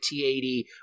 T80